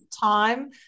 time